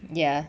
ya